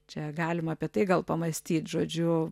čia galima apie tai gal pamąstyt žodžiu